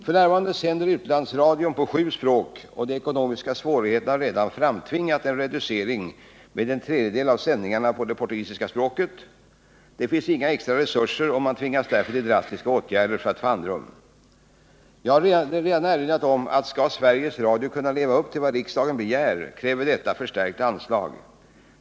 F. n. sänder utlandsradion på sju språk, och de ekonomiska svårigheterna har redan framtvingat en reducering med en tredjedel av sändningarna på det portugisiska språket. Det finns inga extra resurser, och man tvingas därför till drastiska åtgärder för att få andrum. Jag har redan erinrat om att skall Sveriges Radio kunna leva upp till vad riksdagen begär, kräver detta förstärkta anslag.